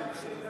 אני יודע,